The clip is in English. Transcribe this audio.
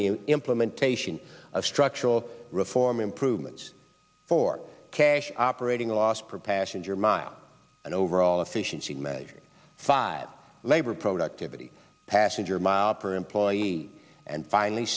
the implementation of structural reform improvements for cash operating loss per passenger mile and overall efficiency measures five labor productivity passenger miles per employee and finally